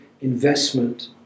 investment